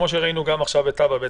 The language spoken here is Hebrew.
כפי שראינו גם עכשיו בטאבה,